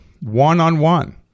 one-on-one